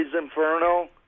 Inferno